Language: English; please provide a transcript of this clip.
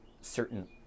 certain